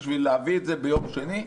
בשביל להביא את זה ביום שני,